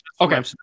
okay